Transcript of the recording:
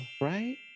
right